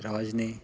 ਰਾਜ ਨੇ